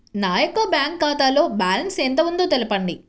నా యొక్క బ్యాంక్ ఖాతాలో బ్యాలెన్స్ ఎంత ఉందో తెలపండి?